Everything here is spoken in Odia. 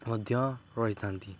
ମଧ୍ୟ ରହିଥାନ୍ତି